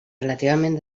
relativament